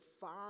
five